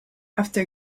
after